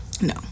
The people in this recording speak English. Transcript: No